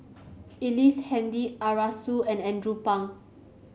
Ellice Handy Arasu and Andrew Phang